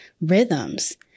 rhythms